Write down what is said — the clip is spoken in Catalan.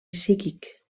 psíquic